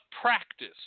practice